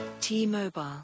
T-Mobile